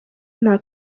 nta